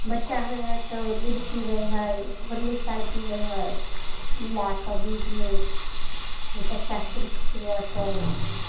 बच्चा होइ हइ तऽ ओ दूध पिबै हइ हॉर्लिक्स आओर पिबै हइ मिलाकऽ दूधमे जे बच्चा सुरक्षित रहतै